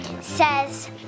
says